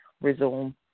resume